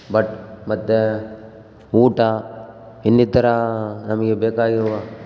but ಮತ್ತು ಊಟ ಇನ್ನಿತರ ನಮಗೆ ಬೇಕಾಗಿರುವ